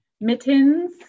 mittens